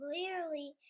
Clearly